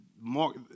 mark